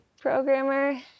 programmer